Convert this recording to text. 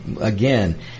again